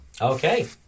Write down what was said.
Okay